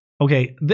okay